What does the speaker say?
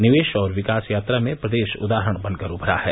निवेश और विकास यात्रा में प्रदेश उदाहरण बन कर उभरा है